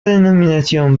denominación